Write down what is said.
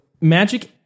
magic